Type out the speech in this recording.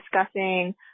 discussing